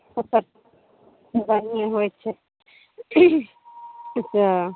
ई सब बढ़िएँ होइ छै ई सब